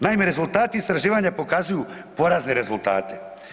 Naime, rezultati istraživanja pokazuju porazne rezultate.